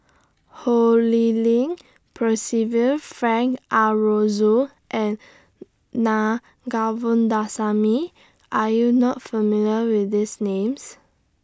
Ho Lee Ling Percival Frank Aroozoo and Naa Govindasamy Are YOU not familiar with These Names